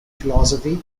philosophy